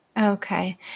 Okay